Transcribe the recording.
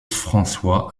françois